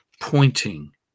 pointing